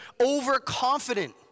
overconfident